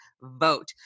vote